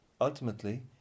Ultimately